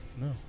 No